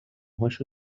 هاشو